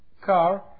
car